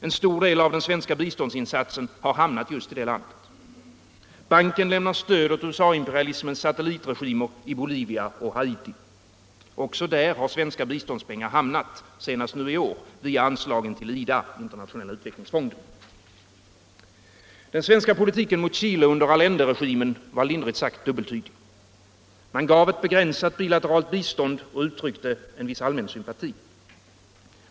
En stor del av den svenska biståndsinsatsen har hamnat just i detta land. Banken lämnar stöd åt USA-imperialismens satelitregimer i Bolivia och Haiti. Också där har svenska biståndspengar hamnat, senast nu i år, via anslagen till IDA, Internationella utvecklingsfonden. Den svenska politiken mot Chile under Allenderegimen var lindrigt sagt dubbeltydig. Man gav ett begränsat bilateralt bistånd och uttryckte viss allmän sympati.